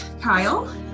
Kyle